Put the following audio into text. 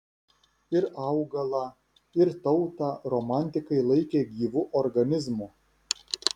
ir augalą ir tautą romantikai laikė gyvu organizmu